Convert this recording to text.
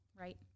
right